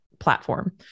Platform